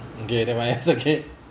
okay never mind is okay